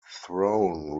throne